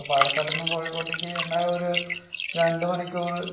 അപ്പോൾ പാലക്കാട്ട് നിന്ന് കോഴിക്കോട്ടേക്ക് എന്തായാലും ഒരു രണ്ടു മണിക്കൂർ